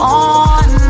on